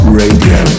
radio